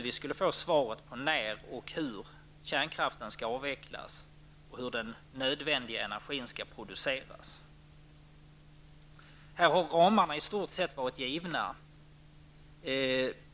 Vi skulle få svaret på när och hur kärnkraften skall avvecklas och hur den nödvändiga elenergin skall produceras. Ramarna har i stort sett varit givna.